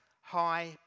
high